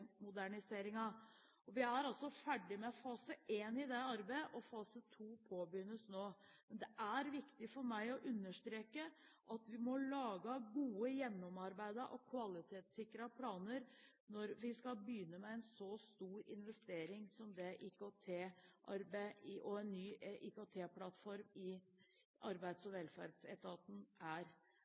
Vi er ferdig med fase I i det arbeidet, og fase II påbegynnes nå. Men det er viktig for meg å understreke at vi må lage gode, gjennomarbeidede og kvalitetssikrede planer når vi skal begynne med en så stor investering som en ny IKT-plattform i Arbeids- og velferdsetaten er.